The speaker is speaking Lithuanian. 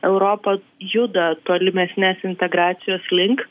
europa juda tolimesnės integracijos link